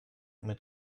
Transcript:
mit